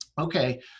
Okay